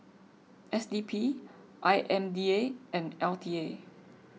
S D P I M D A and L T A